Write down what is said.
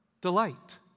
delight